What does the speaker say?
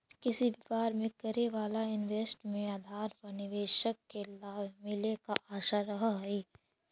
किसी व्यापार में करे वाला इन्वेस्ट के आधार पर निवेशक के लाभ मिले के आशा रहऽ हई